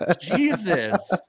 Jesus